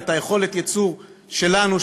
ליכולת הייצור שלנו,